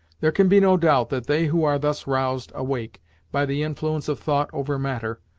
there can be no doubt that they who are thus roused awake by the influence of thought over matter,